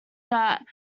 that